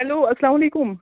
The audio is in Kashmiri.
ہٮ۪لو السلام علیکُم